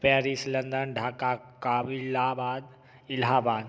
Paris London Dhaka Kabul Allahabad Allahabad